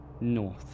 North